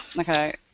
Okay